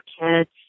kids